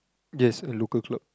just a local club